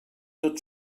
tot